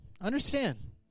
understand